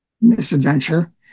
misadventure